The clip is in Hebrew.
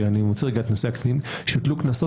אני מוציא רגע את נושא הקטינים כשהוטלו קנסות,